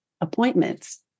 appointments